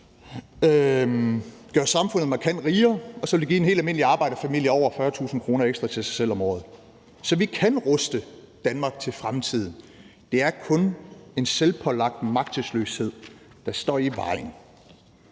gøre samfundet markant rigere, og så vil den give en helt almindelig arbejderfamilie over 40.000 kr. ekstra til sig selv om året. Så vi kan ruste Danmark til fremtiden. Det er kun en selvpålagt magtesløshed, der står i vejen.